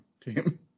team